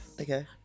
Okay